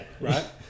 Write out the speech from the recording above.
right